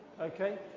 okay